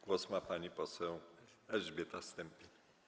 Głos ma pani poseł Elżbieta Stępień.